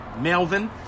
melvin